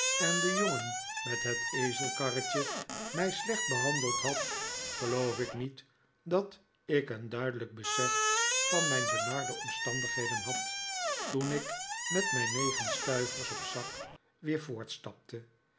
en de jongen met het ezelkarretje mij slecht behandeld had geloof ik niet dat ik een duidelijk besef van mijn benarde omstandigheden had toen ik met mijn negen stuivers op zak weer